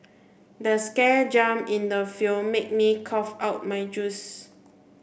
the scare jump in the film made me cough out my juice